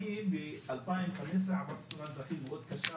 אני ב-2015 עברתי תאונת דרכים מאוד קשה,